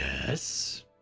Yes